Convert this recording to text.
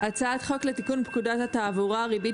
הצעת חוק לתיקון פקודת התעבורה (ריבית